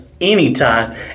anytime